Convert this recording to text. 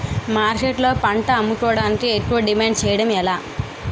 మార్కెట్లో పంట అమ్ముకోడానికి ఎక్కువ డిమాండ్ చేయడం ఎలా?